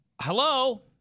Hello